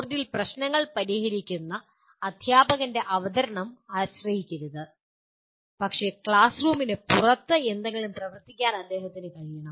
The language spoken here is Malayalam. ബോർഡിൽ പ്രശ്നങ്ങൾ പരിഹരിക്കുന്ന അധ്യാപകന്റെ അവതരണം ആശ്രയിക്കരുത് പക്ഷേ ക്ലാസ് റൂമിന് പുറത്ത് എന്തെങ്കിലും പ്രവർത്തിക്കാൻ അദ്ദേഹത്തിന് കഴിയണം